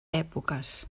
èpoques